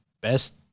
best